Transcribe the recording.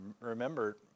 remember